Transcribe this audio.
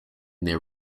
their